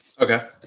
okay